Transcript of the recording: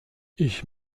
ich